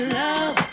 love